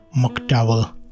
mcdowell